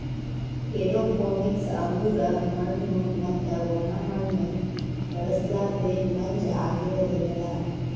aeroponics ಅಂದುರ್ ಮಣ್ಣು ಮತ್ತ ಒಣ ಮಣ್ಣ ಬಳುಸಲರ್ದೆ ಮಂಜ ಆಗಿರದ್ ನೆಲ